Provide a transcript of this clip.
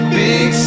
big